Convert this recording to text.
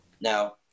Now